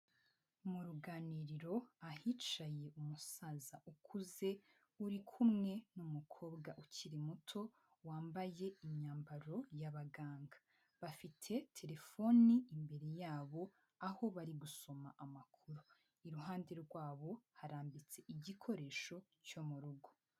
Mu ruganiriro ahicaye umusaza ukuze uri kumwe n'umukobwa ukiri muto, wambaye imyambaro y'abaganga, bafite terefoni imbere yabo, aho bari gusoma amakuru, iruhande rwabo harambitse igikoresho cyo mu rugo.